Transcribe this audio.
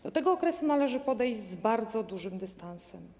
Do tego okresu należy podejść z bardzo dużym dystansem.